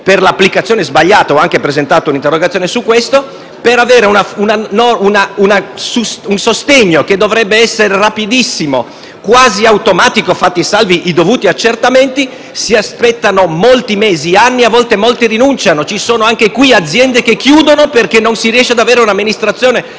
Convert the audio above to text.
sua applicazione sbagliata ho anche presentato un'interrogazione) per avere un sostegno che dovrebbe essere rapidissimo, quasi automatico fatti salvi i dovuti accertamenti, si aspettano molti mesi, anni e a volte molti rinunciano. Anche in questo caso ci sono aziende che chiudono perché non si riesce ad avere un amministratore di